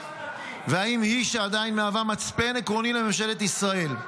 והאם היא שעדיין מהווה מצפן עקרוני לממשלת ישראל?